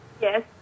Yes